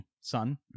son